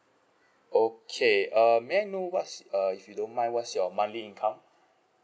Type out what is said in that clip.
okay err may I know what's err if you don't mind what's your monthly income